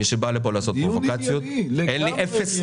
מי שבא לכאן לעשות פרובוקציות יש לי אפס